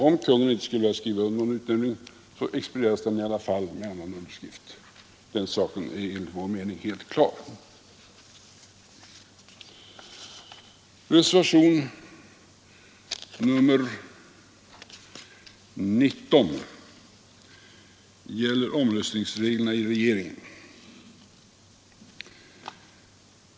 Om kungen inte skulle vilja skriva under någon utnämning, så expedieras den i alla fall med annan underskrift — den saken är enligt vår mening helt klar. Reservation nr 19 gäller omröstningsreglerna i regeringen.